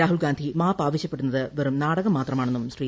രാഹുൽഗാന്ധി മാപ്പ് ആവശ്യപ്പെടുന്നത് വെറും നാടകം മാത്രമാണെന്നും ശ്രീ